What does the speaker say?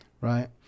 Right